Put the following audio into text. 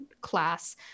class